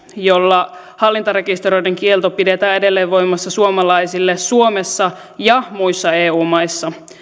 jolla hallintarekisteröinnin kielto pidetään edelleen voimassa suomalaisille suomessa ja muissa eu maissa